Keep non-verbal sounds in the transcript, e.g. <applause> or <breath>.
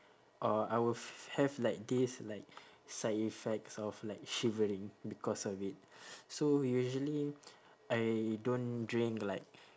or I will f~ have like this like side effects of like shivering because of it <breath> so usually I don't drink like